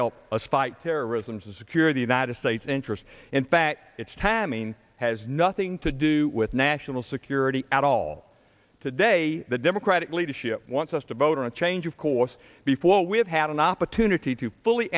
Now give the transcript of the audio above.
help us fight terrorism to secure the united states interest in fact its timing has nothing to do with national security at all today the democratic leadership wants us to vote on a change of course before we have had an opportunity to fully